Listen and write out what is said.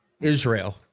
Israel